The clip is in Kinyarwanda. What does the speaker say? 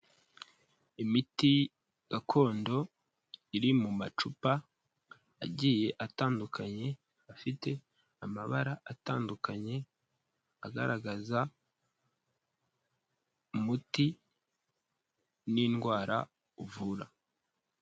Imiti gakondo iri mu macupa agiye atandukanye afite amabara atandukanye agaragaza umuti n'indwara uvura.